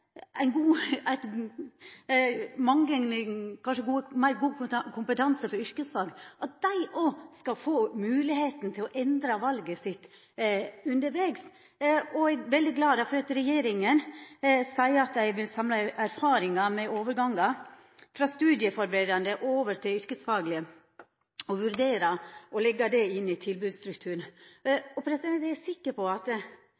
kompetanse for yrkesfag, at dei òg skal få moglegheit til å endra valet sitt undervegs. Eg er derfor veldig glad for at regjeringa seier at dei vil samla erfaringar med overgangar frå studieførebuande over til yrkesfag og vurdera å leggja dette inn i tilbodsstrukturen.